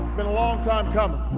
been a long time coming.